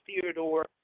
Theodore